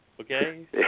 okay